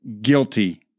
guilty